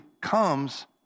comes